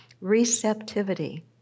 receptivity